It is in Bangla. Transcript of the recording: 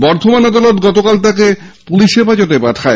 বর্ধমান আদালত গতকাল তাকে পুলিশ হেফাজতে পাঠায়